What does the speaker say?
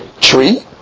tree